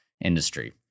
industry